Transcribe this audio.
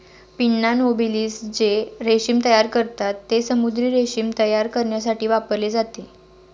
pinna nobilis जे रेशीम तयार करतात, ते समुद्री रेशीम तयार करण्यासाठी वापरले जाते